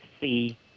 see